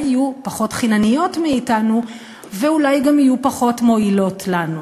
יהיו פחות חינניות מאתנו ואולי גם יהיו פחות מועילות לנו.